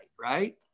right